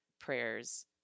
prayers